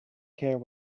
care